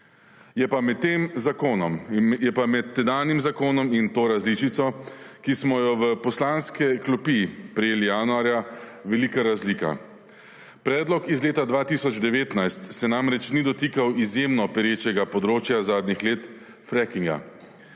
razkrila praksa. Je pa med tedanjim zakonom in to različico, ko smo jo v poslanske klopi prejeli januarja velika razlika. Predlog iz leta 2019 se namreč ni dotikal izjemno perečega področja zadnjih let frackinga.